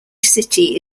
city